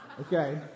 Okay